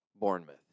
Bournemouth